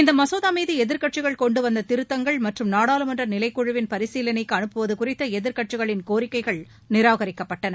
இம்மசோதா மீது எதிர்க்கட்சிகள் கொண்டு வந்த திருத்தங்கள் மற்றும் நாடாளுமன்ற நிலைக்குழுவின் பரிசீலனைக்கு அனுப்புவது குறித்த எதிர்க்கட்சிகளின் கோரிக்கைகள் நிராகரிக்கப்பட்டன